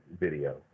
video